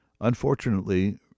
Unfortunately